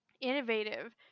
innovative